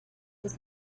ist